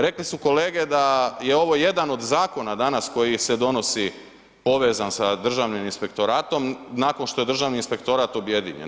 Rekli su kolege da je ovo jedan od zakona danas koji se donosi povezan sa Državnim inspektoratom, nakon što je Državni inspektorat objedinjen.